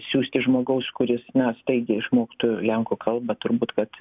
siųsti žmogaus kuris na staigiai išmoktų lenkų kalbą turbūt kad